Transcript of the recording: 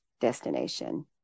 destination